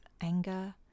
anger